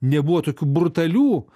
nebuvo tokių brutalių